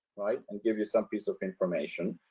right and give you some piece of information.